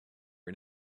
and